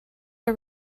are